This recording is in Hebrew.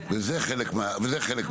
וזה חלק מהעניין.